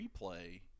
Replay